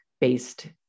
based